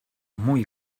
muy